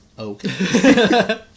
Okay